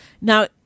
Now